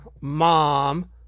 Mom